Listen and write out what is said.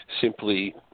simply